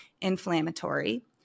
inflammatory